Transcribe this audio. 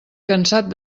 cansat